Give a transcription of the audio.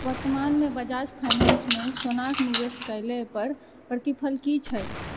वर्तमानमे बजाज फाइनेन्समे सोनाक निवेश कएलापर प्रतिफल की छै